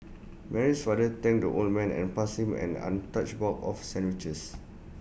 Mary's father thanked the old man and passed him an untouched box of sandwiches